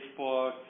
Facebook